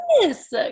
Yes